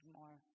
more